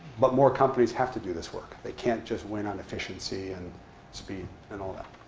but more companies have to do this work. they can't just win on efficiency, and speed, and all that.